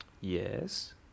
Yes